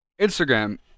Instagram